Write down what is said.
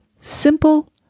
Simple